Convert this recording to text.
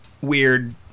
weird